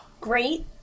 Great